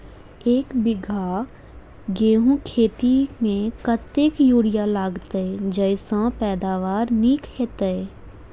एक बीघा गेंहूँ खेती मे कतेक यूरिया लागतै जयसँ पैदावार नीक हेतइ?